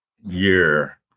year